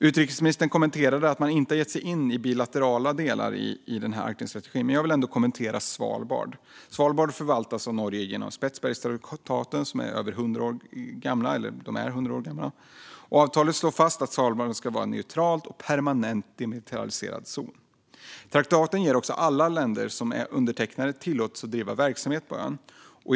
Utrikesministern kommenterade att man inte har gett sig in i bilaterala delar i denna Arktisstrategi, men jag vill ändå kommentera Svalbard. Svalbard förvaltas av Norge genom Spetsbergtraktaten, som är 100 år gamla. Avtalet slår fast att Svalbard ska vara neutralt och en permanent demilitariserad zon. Traktaten ger också alla länder som är undertecknare tillåtelse att driva verksamhet på ögruppen.